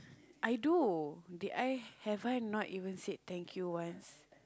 I do did I have I not even said thank you once